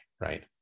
right